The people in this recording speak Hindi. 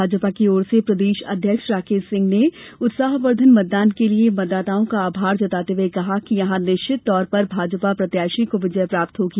भाजपा की ओर से प्रदेश अध्यक्ष राकेश सिंह ने उत्साहवर्धन मतदान के लिये मतदाताओं का आभार जताते हुए कहा कि यहां निश्चित तौर पर भाजपा प्रत्याशी को विजय प्राप्त होगी